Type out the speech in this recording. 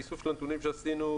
האיסוף של הנתונים שעשינו,